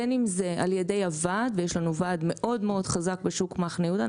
בין אם זה על ידי הוועד ויש לנו ועד מאוד-מאוד חזק בשוק מחנה יהודה,